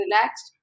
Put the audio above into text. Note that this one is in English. relaxed